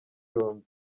yombi